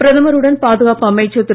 பிரதமருடன் பாதுகாப்பு அமைச்சர் திரு